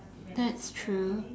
that's true